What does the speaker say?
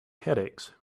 headaches